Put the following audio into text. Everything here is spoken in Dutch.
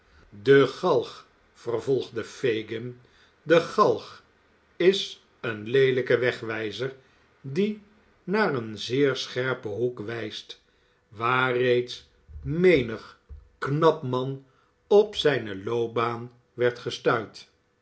de galg vervolgde fagin de galg is een leelijke wegwijzer die naar een zeer scherpen hoek wijst waar reeds menig knap man op zijne loopbaan werd gestuit